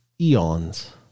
eons